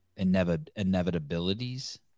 inevitabilities